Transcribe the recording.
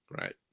Right